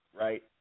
Right